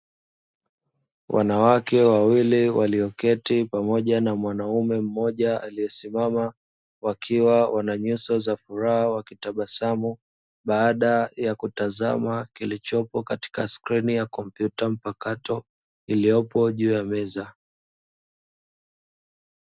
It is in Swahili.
Wanawake wawili walioketi pamoja na mwanaume mmoja aliyesimama, wakiwa wana nyuso za furaha wakitabasamu, baada ya kutazama kilichopo katika skrini ya kompyuta mpakato iliyopo juu ya meza.